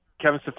Kevin